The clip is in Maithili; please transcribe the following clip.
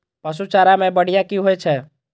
पशु चारा मैं बढ़िया की होय छै?